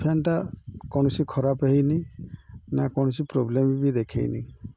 ଫ୍ୟାନ୍ଟା କୌଣସି ଖରାପ ହେଇନି ନା କୌଣସି ପ୍ରୋବ୍ଲେମ୍ ବି ଦେଖାଇନି